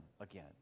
again